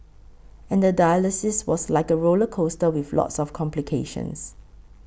and the dialysis was like a roller coaster with lots of complications